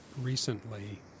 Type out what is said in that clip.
recently